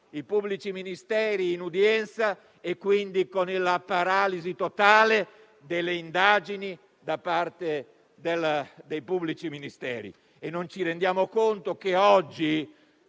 i pubblici ministeri in udienza e quindi con la paralisi totale delle indagini da parte dei pubblici ministeri. Non ci rendiamo conto che oggi